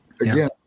again